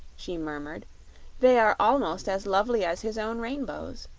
she murmured they are almost as lovely as his own rainbows.